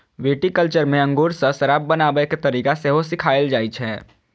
viticulture मे अंगूर सं शराब बनाबै के तरीका सेहो सिखाएल जाइ छै